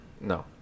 No